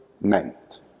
meant